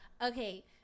okay